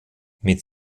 mit